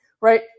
right